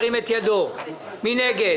מי נגד?